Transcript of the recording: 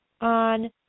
on